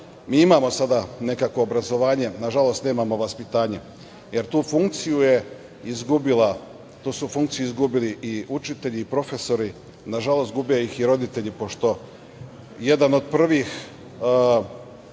mi imamo sada nekakvo obrazovanje. Nažalost, nemamo vaspitanje, jer tu funkciju su izgubili i učitelji i profesori, nažalost gube ih i roditelji pošto jedan od prvih